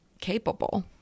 capable